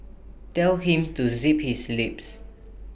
tell him to zip his lips